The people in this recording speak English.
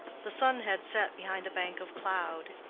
the sun had set behind a bank of cloud,